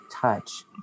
touch